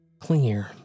clingier